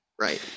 right